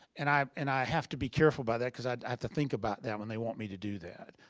and i um and i have to be careful about that because i have to think about that when they want me to do that.